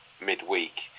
midweek